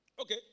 Okay